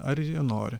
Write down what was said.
ar nori